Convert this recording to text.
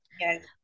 Yes